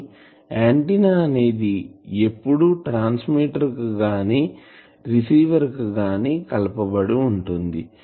కానీ ఆంటిన్నా అనేది ఎప్పుడు ట్రాన్స్మిటర్ కు గాని రిసీవర్ కి గాని కలపబడి ఉంటుంది